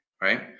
right